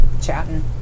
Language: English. chatting